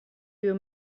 you